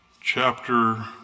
chapter